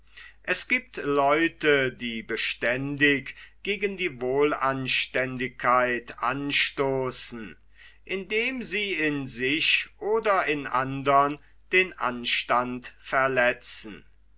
es giebt leute die beständig gegen die wohlanständigkeit anstoßen indem sie in sich oder in andern den anstand verletzen